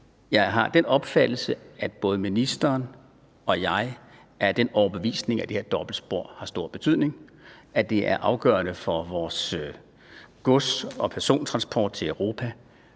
jeg har den opfattelse, at både ministeren og jeg er af den overbevisning, at det her dobbeltspor har stor betydning, og at det er afgørende for vores gods- og persontransport til Europa.